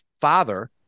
father